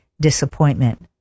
disappointment